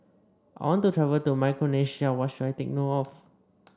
I want to travel to Micronesia what should I take note of